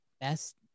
best